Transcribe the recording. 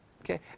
Okay